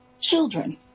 Children